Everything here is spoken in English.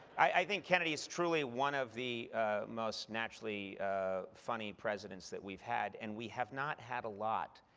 i think kennedy is truly one of the most naturally funny presidents that we've had, and we have not had a lot.